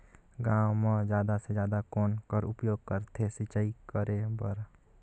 गांव म जादा से जादा कौन कर उपयोग करथे सिंचाई करे बर?